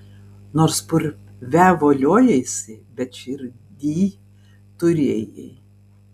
nors purve voliojaisi bet širdyj turėjai